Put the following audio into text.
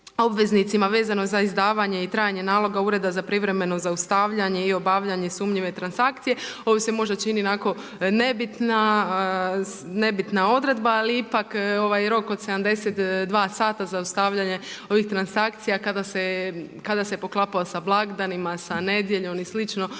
vezano za izdavanje i trajanje naloga Ureda za privremeno zaustavljanje i obavljanje sumnjive transakcije, ovdje se možda čini onako nebitna odredba, ali ipak ovaj rok od 72 sata zaustavljanja ovih transakcija kada se poklapa sa blagdanima, sa nedjeljom i sl.,